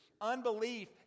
Unbelief